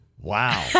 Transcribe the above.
Wow